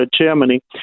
Germany